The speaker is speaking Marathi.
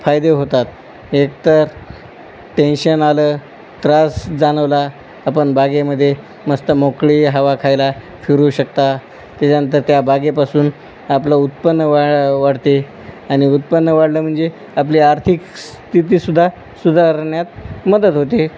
फायदे होतात एकतर टेन्शन आलं त्रास जाणवला आपण बागेमध्ये मस्त मोकळी हवा खायला फिरू शकता त्याच्यानंतर त्या बागेपासून आपलं उत्पन्न वा वाढते आणि उत्पन्न वाढलं म्हणजे आपली आर्थिक स्थितीसुद्धा सुधारण्यात मदत होते